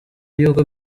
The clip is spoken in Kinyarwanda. y’uko